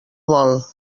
vol